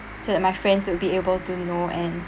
so that my friends will be able to know and